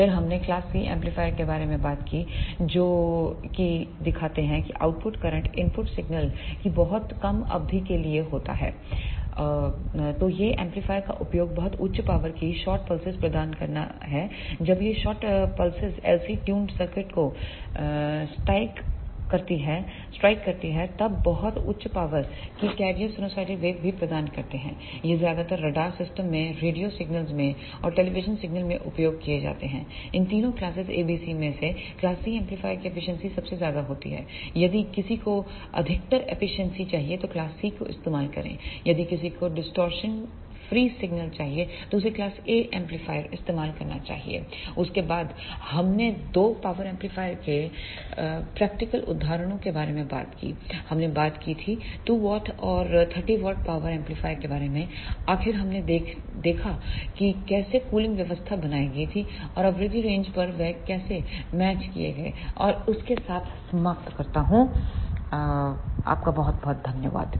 फिर हमने class C amplifier के बारे में बात की जो कि दिखाते हैं कि आउटपुट करंट इनपुट सिगनल की बहुत कम अवधि के लिए होता है तो यह एंपलीफायर का उपयोग बहुत उच्च पावर की शॉर्ट पल्सेस प्रदान करना है जब यह short pulses LC tuned circuit को स्ट्राइक करती है तब बहुत उच्च पावर की कैरियर साइनसॉइडल वेव भी प्रदान करते हैं यह ज्यादातर रडार सिस्टम में रेडियो सिगनल्स में और टेलीविजन सिगनल्स में उपयोग किए जाते हैं तो इन तीनों क्लासेस ABCमें से क्लासC एंपलीफायर की एफिशिएंसी सबसे ज्यादा होती है यदि किसी को अधिकतर एफिशिएंसी चाहिए तो क्लासC का इस्तेमाल करें और यदि किसी को डिस्टॉर्शन फ्री सिग्नल चाहिए तो उसे क्लास A एमप्लीफायर इस्तेमाल करना चाहिए उसके बाद हमने दो पावर एंपलीफायर के प्रैक्टिकल उदाहरणों के बारे में बात की की हमने बात की थी2 W और 30 W पावर एंपलीफायर के बारे में आखिर हमने देखा कि कैसे कूलिंग व्यवस्था बनाई गई थी और आवृत्ति रेंज पर वह कैसे मैच किए गए और इसके साथ मैं समाप्त करता हूं आपका बहुत बहुत धन्यवाद